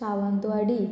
Sawantwadi